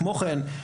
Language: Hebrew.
כמו כן,